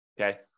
okay